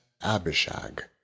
Abishag